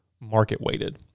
market-weighted